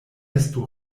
estu